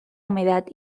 humedad